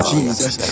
Jesus